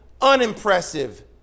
unimpressive